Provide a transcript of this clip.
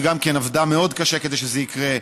שגם היא עבדה מאוד קשה כדי שזה יקרה,